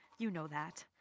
you know that.